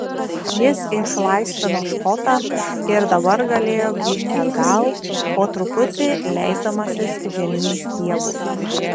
jis išlaisvino škotą ir dabar galėjo grįžti atgal po truputį leisdamasis žemyn stiebu